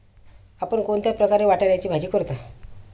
आपण कोणत्या प्रकारे वाटाण्याची भाजी करता?